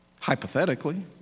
hypothetically